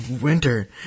winter